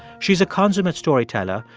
she is a consummate storyteller,